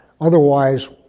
otherwise